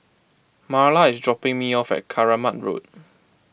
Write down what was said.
Marla is dropping me off at Keramat Road